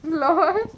you laugh